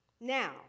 Now